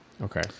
Okay